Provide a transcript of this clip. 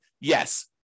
yes